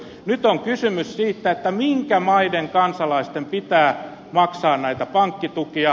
nyt on kysymys siitä minkä maiden kansalaisten pitää maksaa näitä pankkitukia